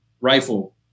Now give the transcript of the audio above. rifle